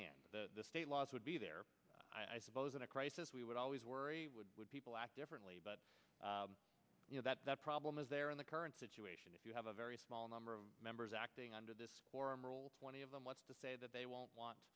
member the state laws would be there i suppose in a crisis we would always worry would would people act differently but you know that that problem is there in the current situation if you have a very small number of members acting under this forum roll twenty of them what's to say that they won't want